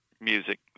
music